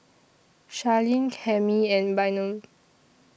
Charline Cami and Bynum